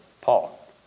Paul